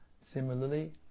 Similarly